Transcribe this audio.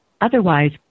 Otherwise